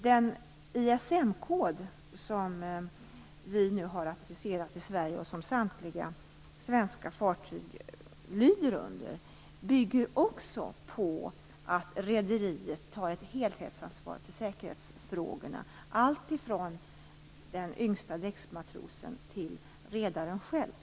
Den ISM-kod som vi nu har ratificerat i Sverige och som samtliga svenska fartyg lyder under bygger också på att rederiet tar ett helhetsansvar för säkerhetsfrågorna, alltifrån den yngste däcksmatrosen till redaren själv.